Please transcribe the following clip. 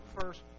first